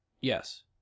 Yes